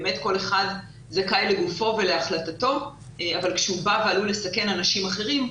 באמת כל אחד זכאי לגופו ולהחלטתו אבל כשהוא בא ועלול לסכן אנשים אחרים,